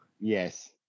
Yes